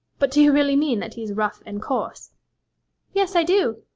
but do you really mean that he is rough and coarse yes, i do.